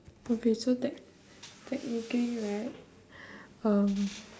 okay so tech~ technically right um